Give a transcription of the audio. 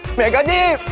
megha? hey!